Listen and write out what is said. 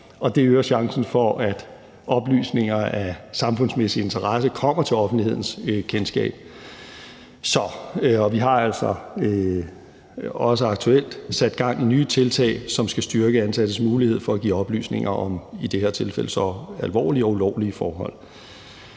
det øger chancen for, at oplysninger af samfundsmæssig interesse kommer til offentlighedens kendskab. Og vi har altså også aktuelt sat gang i nye tiltag, som skal styrke ansattes mulighed for at give oplysninger om i det her tilfælde så alvorlige og ulovlige forhold.